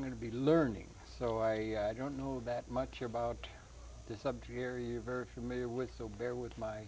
we're going to be learning so i don't know that much about this subject area very familiar with so bear with my